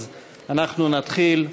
אז אנחנו נתחיל,